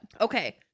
Okay